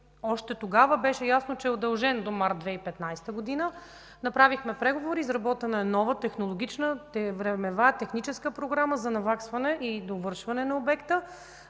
още тогава беше ясно, че е удължен до март 2015 г. Направихме преговори, изработена е нова технологична, времева, техническа програма за наваксване и довършване на обекта.